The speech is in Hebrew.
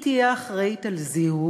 היא תהיה אחראית על זיהוי,